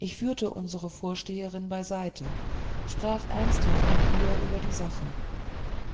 ich führte unsre vorsteherin beiseite sprach ernsthaft mit ihr über die sache